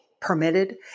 permitted